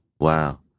Wow